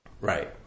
Right